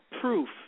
proof